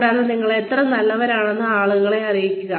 കൂടാതെ നിങ്ങൾ എത്ര നല്ലവനാണെന്ന് ആളുകളെ അറിയിക്കുക